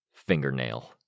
fingernail